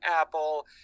Apple